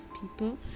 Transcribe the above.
people